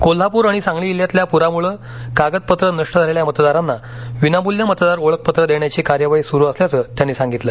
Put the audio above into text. कोल्हापूर आणि सांगली जिल्ह्यातल्या पूरामुळेकागदपत्रे नष्ट झालेल्या मतदारांना विनामूल्य मतदार ओळखपत्रे देण्याची कार्यवाही सुरू असल्याचं त्यांनी सांगितलं